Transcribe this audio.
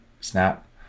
snap